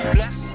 Bless